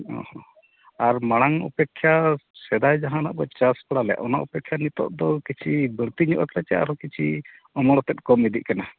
ᱚᱻ ᱦᱚᱸ ᱟᱨ ᱢᱟᱲᱟᱝ ᱚᱯᱮᱠᱠᱷᱟ ᱥᱮᱫᱟᱭ ᱡᱟᱦᱟᱱᱟᱜ ᱵᱚᱱ ᱪᱟᱥᱵᱟᱲᱟ ᱞᱮᱫ ᱚᱱᱟ ᱚᱯᱮᱠᱠᱷᱟ ᱱᱤᱛᱳᱜ ᱫᱚ ᱠᱤᱪᱷᱤ ᱵᱟᱹᱲᱛᱤ ᱧᱚᱜ ᱟᱨ ᱠᱤᱪᱷᱤ ᱚᱱᱟ ᱛᱮᱫ ᱠᱚᱢ ᱤᱫᱤᱜ ᱠᱟᱱᱟ